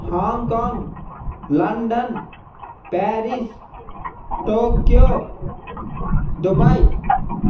Hong Kong London Paris Tokyo Dubai